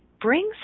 brings